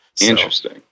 Interesting